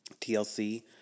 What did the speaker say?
TLC